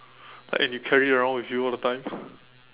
like and you carry around with you all the time